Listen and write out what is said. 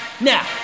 Now